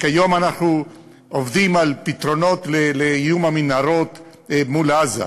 וכיום אנחנו עובדים על פתרונות לאיום המנהרות מול עזה,